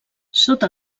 sota